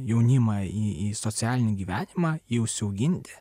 jaunimą į į socialinį gyvenimą jį užsiauginti